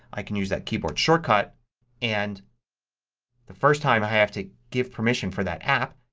i can use that keyboard shortcut and the first time i have to give permission for that app,